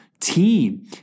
Team